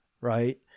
right